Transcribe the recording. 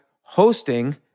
hosting